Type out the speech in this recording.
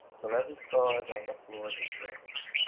till every star is on the floor dismissed,